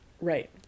Right